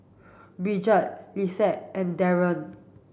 Brigette Lexie and Darrien